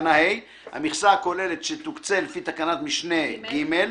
"(ה)המכסה הכוללת שתוקצה לפי תקנת משנה (ג)